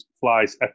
flies